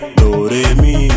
doremi